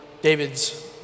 David's